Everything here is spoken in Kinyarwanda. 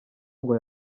ngo